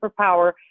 superpower